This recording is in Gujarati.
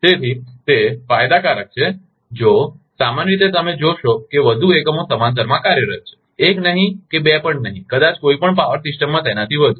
તેથી તે ફાયદાકારક છે જો સામાન્ય રીતે તમે જોશો કે વધુ એકમો સમાંતરમાં કાર્યરત છે એક નહીં કે બે પણ નહીં કદાચ કોઈ પણ પાવર સિસ્ટમમાં તેનાથી વધુ